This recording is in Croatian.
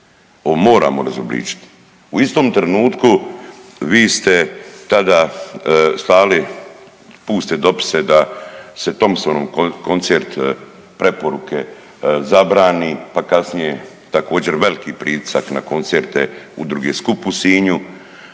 moramo razobličiti. U istom trenutku vi ste tada slali puste dopise da se Thompsonov koncert preporuke zabrani pa kasnije također veliki pritisak na koncerte udruge … u Sinju.